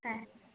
হ্যাঁ